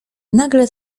nagle